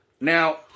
now